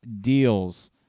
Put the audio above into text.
deals